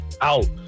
out